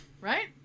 right